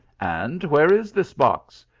and where is this box?